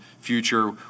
future